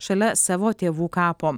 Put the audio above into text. šalia savo tėvų kapo